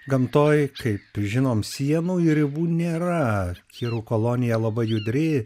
gamtoj kaip žinom sienų ribų nėra kirų kolonija labai judri